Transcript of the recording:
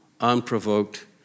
unprovoked